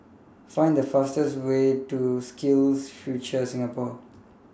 Find The fastest Way to SkillsFuture Singapore